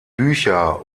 bücher